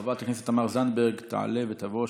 חברת הכנסת תמר זנדברג תעלה ותבוא.